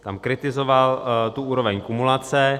Tam kritizoval tu úroveň kumulace.